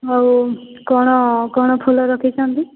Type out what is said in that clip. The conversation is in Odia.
ହେଉ କଣ କଣ ଫୁଲ ରଖିଛନ୍ତି